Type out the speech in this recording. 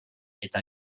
eta